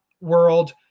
world